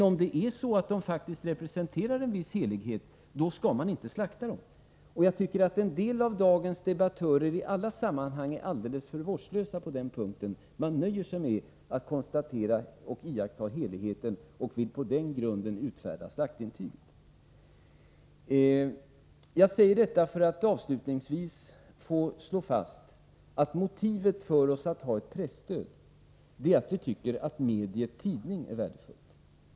Om korna faktiskt representerar en viss helighet skall man inte slakta dem. En del av dagens debattörer i olika sammanhang är alldeles för vårdslösa på den punkten. Man nöjer sig med att konstatera och iaktta heligheten och vill på den grunden utfärda slaktintyg. Jag säger detta för att avslutningsvis få slå fast, att motivet för oss att ha ett presstöd är att vi tycker att mediet tidning är värdefullt.